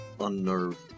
unnerved